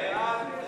סעיף 5,